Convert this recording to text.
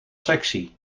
sexy